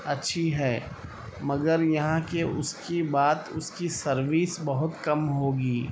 اچھی ہے مگر یہاں کے اس کی بات اس کی سروس بہت کم ہوگی